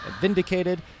vindicated